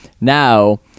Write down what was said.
now